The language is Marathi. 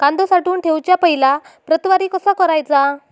कांदो साठवून ठेवुच्या पहिला प्रतवार कसो करायचा?